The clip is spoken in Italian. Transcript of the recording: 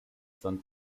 san